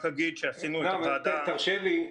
תרשה לי,